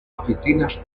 oficinas